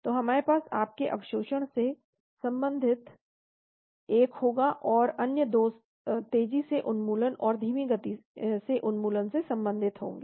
तो हमारे पास आपके अवशोषण से संबंधित एक होगा और अन्य 2 तेजी से उन्मूलन और धीमी गति से उन्मूलन से संबंधित होंगे